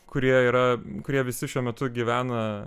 kurie yra kurie visi šiuo metu gyvena